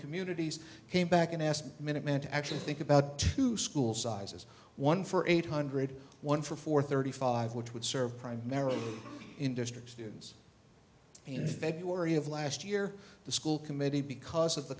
communities came back and asked minuteman to actually think about two schools sizes one for eight hundred one for four thirty five which would serve primarily in district students in the february of last year the school committee because of the